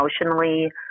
emotionally